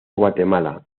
guatemala